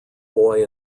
boy